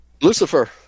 Lucifer